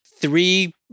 three